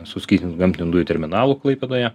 suskystintų gamtinių dujų terminalų klaipėdoje